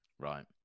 Right